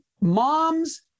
moms